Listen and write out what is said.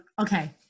Okay